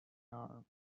arm